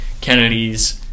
Kennedy's